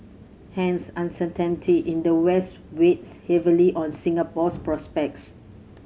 hence uncertainty in the West weighs heavily on Singapore's prospects